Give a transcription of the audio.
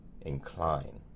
incline